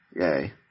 Yay